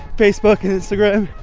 facebook and instagram.